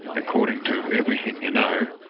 according to everything you know,